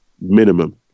minimum